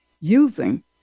using